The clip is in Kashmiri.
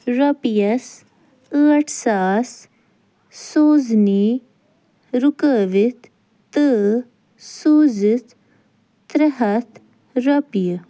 رۄپیَس ٲٹھ ساس سوٗزنی رُکٲوِتھ تہٕ سوٗزِتھ ترٛےٚ ہَتھ رۄپیہِ